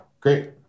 Great